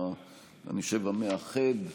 המאחד,